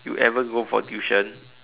you ever go for tuition